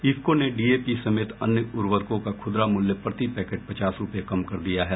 इफको ने डीएपी समेत अन्य उर्वरकों का खुदरा मूल्य प्रति पेकैट पचास रूपये कम कर दिया है